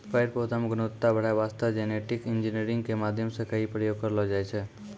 पेड़ पौधा मॅ गुणवत्ता बढ़ाय वास्तॅ जेनेटिक इंजीनियरिंग के माध्यम सॅ कई प्रयोग करलो जाय छै